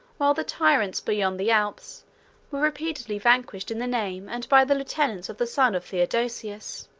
while the tyrants beyond the alps were repeatedly vanquished in the name, and by the lieutenants, of the son of theodosius.